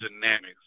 dynamics